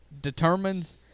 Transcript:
determines